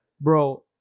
bro